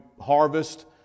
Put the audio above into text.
harvest